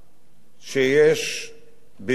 שיש בידיה,